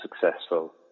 successful